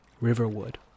Riverwood